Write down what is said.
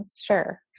Sure